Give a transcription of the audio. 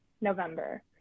November